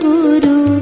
Guru